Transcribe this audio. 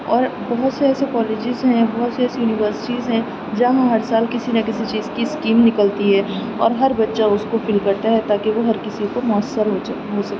اور بہت سے ایسے کالجز ہیں بہت سی ایسی یونیورسٹیز ہیں جہاں ہر سال کسی نہ کسی چیز کی اسکیم نکلتی ہے اور ہر بچہ اس کو فل کرتا ہے تاکہ وہ ہر کسی کو میسر ہو جائے ہو سکے